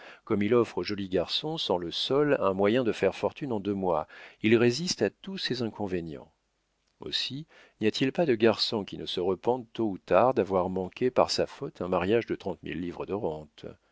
comme il offre aux jolis garçons sans le sol un moyen de faire fortune en deux mois il résiste à tous ses inconvénients aussi n'y a-t-il pas de garçon qui ne se repente tôt ou tard d'avoir manqué par sa faute un mariage de trente mille livres de rentes